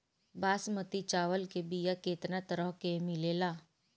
बासमती चावल के बीया केतना तरह के मिलेला?